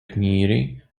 kníry